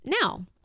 now